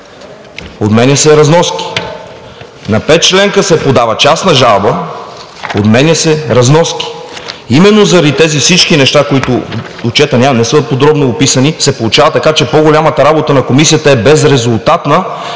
отменят се разноски, на петчленка се подава частна жалба – отменят се разноски. Именно заради всички тези неща, които в Отчета не са подробно описани, се получава така, че по-голямата работа на Комисията е безрезултатна